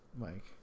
mike